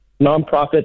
nonprofit